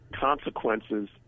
Consequences